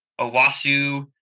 Owasu